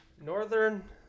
northern